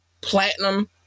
platinum